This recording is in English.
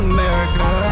America